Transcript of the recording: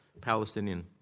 Palestinian